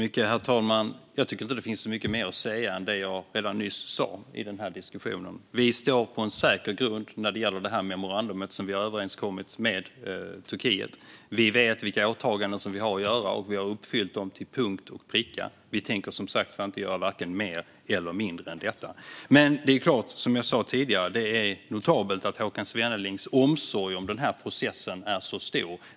Herr talman! Jag tycker inte att det finns så mycket mer att säga i denna diskussion än det jag nyss sa. Vi står på en säker grund när det gäller det memorandum vi har överenskommit med Turkiet. Vi vet vilka åtaganden vi har att göra, och vi har uppfyllt dem till punkt och pricka. Vi tänker som sagt inte göra vare sig mer eller mindre än så. Som jag sa tidigare är det notabelt att Håkan Svennelings omsorg om den här processen är så stor.